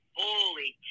holy